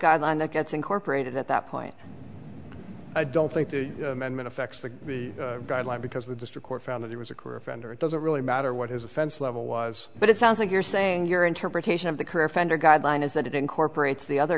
guideline that gets incorporated at that point i don't think amendment affects the guideline because the district court found that it was a career offender it doesn't really matter what his offense level was but it sounds like you're saying your interpretation of the career fender guideline is that it incorporates the other